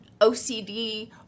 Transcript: ocd